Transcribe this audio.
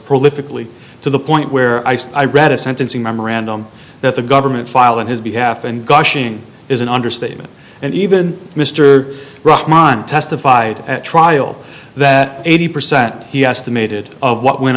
prolifically to the point where i said i read a sentencing memorandum that the government filed on his behalf and gushing is an understatement and even mr ron testified at trial that eighty percent he estimated of what went